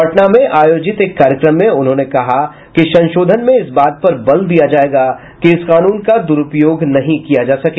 पटना में आयोजित एक कार्यक्रम में उन्होंने कहा कि संशोधन में इस बात पर बल दिया जायेगा कि इस कानून का दुरूपयोग नहीं किया जा सके